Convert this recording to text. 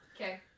Okay